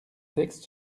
texte